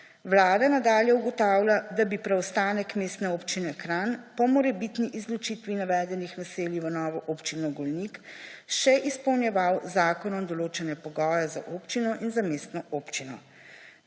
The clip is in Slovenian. Vlada nadalje ugotavlja, da bi preostanek Mestne občine Kranj po morebitni izločitvi navedenih naselij v novo Občino Golnik še izpolnjeval z zakonom določene pogoje za občino in za mestno občino.